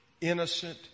innocent